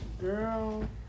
Girl